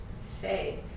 say